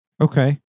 okay